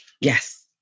Yes